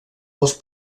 dels